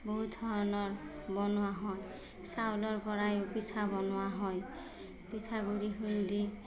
বহুত ধৰণৰ বনোৱা হয় চাউলৰপৰাই পিঠা বনোৱা হয় পিঠু গুড়ি খুন্দি